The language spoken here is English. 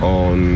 on